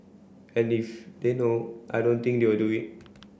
and if they know I don't think they will do it